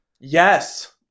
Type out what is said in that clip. Yes